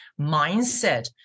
mindset